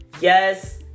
Yes